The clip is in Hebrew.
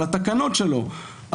על התקנות שלו,